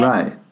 Right